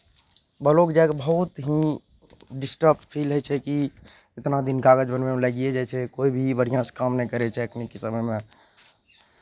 block जा कऽ बहुत ही डिस्टर्ब फील होइ छै कि इतना दिन कागज बनबैमे लागिए जाइ छै कोइ भी बढ़िआँसँ काम नहि करै छै एखनिके समयमे